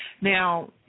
Now